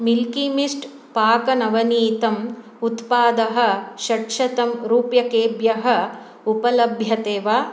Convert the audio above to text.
milky Mist पाकनवनीतम् उत्पादः षट्शतं रूप्यकेभ्यः उपलभ्यते वा